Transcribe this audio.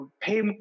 pay